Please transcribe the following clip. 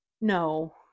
no